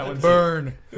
Burn